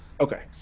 Okay